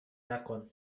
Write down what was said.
نکن